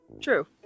true